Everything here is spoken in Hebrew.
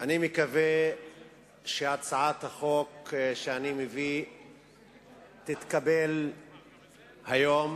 אני מקווה שהצעת החוק שאני מביא תתקבל היום.